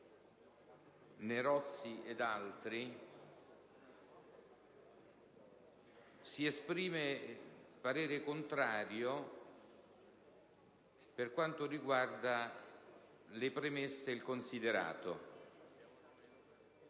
Bugnano ed altri, il parere è contrario per quanto riguarda le premesse e il considerato